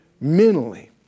mentally